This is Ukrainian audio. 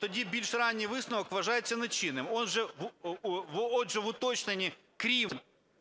Тоді більш ранній висновок вважається нечинним. Отже, в уточненні "крім